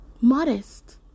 modest